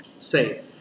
say